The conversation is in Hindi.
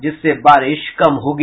जिससे बारिश कम होगी